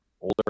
older